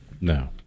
No